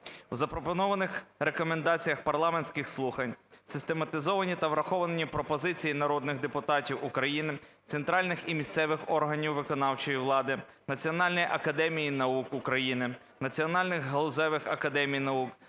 В запропонованих Рекомендаціях парламентських слухань систематизовані та враховані пропозиції народних депутатів України, центральних і місцевих органів виконавчої влади, Національної академії наук України, національних галузевих академій наук,